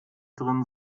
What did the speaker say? drin